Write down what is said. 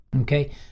okay